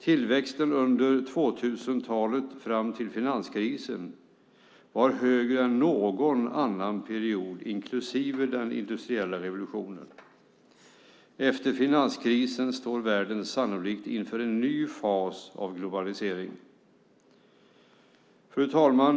Tillväxten under 2000-talet fram till finanskrisen var högre än någon annan period, inklusive den industriella revolutionen. Efter finanskrisen står världen sannolikt inför en ny fas av globalisering. Fru talman!